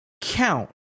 Count